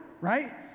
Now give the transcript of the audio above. right